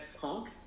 Frank